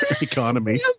economy